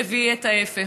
שהביא את ההפך.